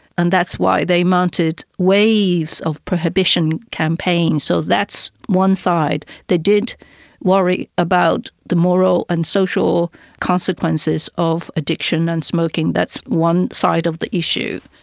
and that's why they mounted waves of prohibition campaigns, so that's one side. they did worry about the moral and social consequences of addiction and smoking, that's one side of the issue.